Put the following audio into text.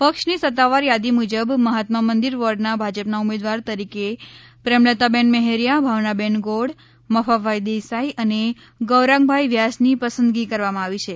પક્ષની સત્તાવાર યાદી મુજબ મહાત્મા મંદિર વોર્ડના ભાજપના ઉમેદવાર તરીકે પ્રેમલતાબેન મહેરિયા ભાવનાબેન ગોળ મફભાઈ દેસાઇ અને ગૌરાંગભાઈ વ્યાસની પસંદગી કરવામાં આવી છે